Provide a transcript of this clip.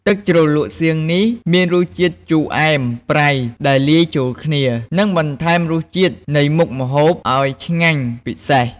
ទឹកជ្រលក់សៀងនេះមានរសជាតិជូរ អែម ប្រៃ ដែលលាយចូលគ្នា និងបន្ថែមរសជាតិនៃមុខម្ហូបឱ្យឆ្ងាញ់ពិសេស។